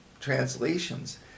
translations